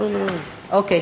אוקיי.